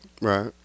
right